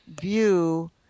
view